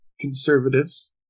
conservatives